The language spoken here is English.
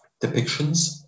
depictions